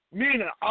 meaning